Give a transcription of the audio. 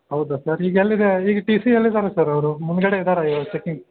ಹೌದ ಸರ್ ಈಗ ಎಲ್ಲಿದೆ ಈಗ ಟಿ ಸಿ ಎಲ್ಲಿದಾರೆ ಸರ್ ಅವರು ಮುಂದ್ಗಡೆ ಇದಾರ ಈಗ ಚಕ್ಕಿಂಗ